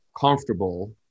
comfortable